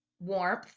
warmth